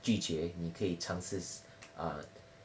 拒绝你可以尝试 uh